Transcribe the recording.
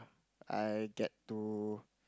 I get to